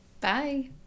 Bye